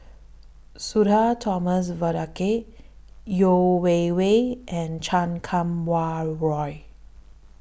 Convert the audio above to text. Sudhir Thomas Vadaketh Yeo Wei Wei and Chan Kum Wah Roy